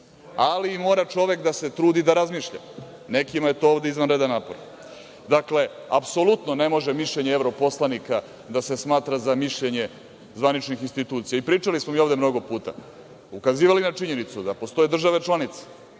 Mora čovek da se trudi da razmišlja, nekima je to ovde izvanrendan napor. Apsolutno ne može mišljenje evroposlanika da se smatra za mišljenje zvaničnih institucija. Pričali smo mi ovde mnogo puta, ukazivali na činjenicu da postoje države članica.